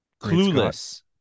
Clueless